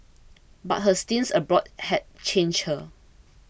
but her stints abroad had changed her